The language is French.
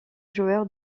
joueur